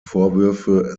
vorwürfe